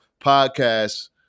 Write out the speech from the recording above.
podcasts